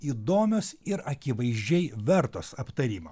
įdomios ir akivaizdžiai vertos aptarimo